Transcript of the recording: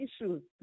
issues